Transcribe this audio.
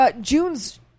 June's